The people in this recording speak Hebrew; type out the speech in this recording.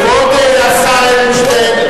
כבוד השר אדלשטיין,